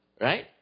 right